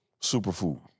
superfood